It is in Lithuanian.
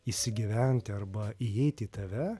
įsigyventi arba įeiti į tave